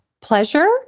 Pleasure